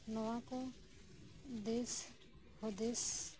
ᱱᱚᱣᱟ ᱠᱚ ᱫᱤᱥ ᱦᱩᱫᱤᱥ